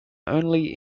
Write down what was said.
only